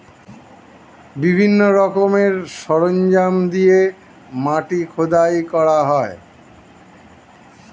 বিভিন্ন রকমের সরঞ্জাম দিয়ে মাটি খোদাই করা হয়